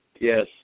yes